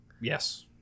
Yes